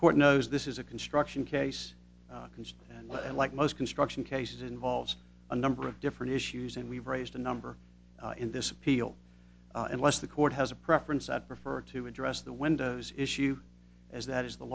as court knows this is a construction case and what i like most construction cases involves a number of different issues and we've raised a number in this appeal unless the court has a preference i'd prefer to address the windows issue as that is the